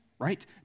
right